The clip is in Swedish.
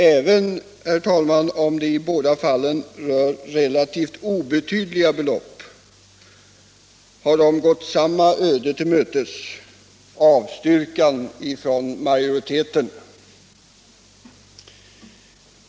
Även om det i båda fallen rör sig om relativt obetydliga belopp, har motionerna gått samma öde till mötes — avstyrkan av majoriteten.